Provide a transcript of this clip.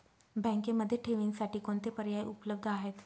बँकेमध्ये ठेवींसाठी कोणते पर्याय उपलब्ध आहेत?